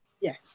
Yes